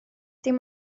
dim